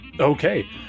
Okay